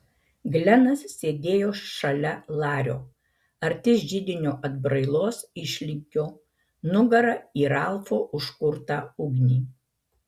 glenas sėdėjo šalia lario arti židinio atbrailos išlinkio nugara į ralfo užkurtą ugnį